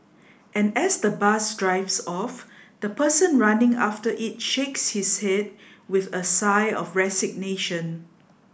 and as the bus drives off the person running after it shakes his head with a sigh of resignation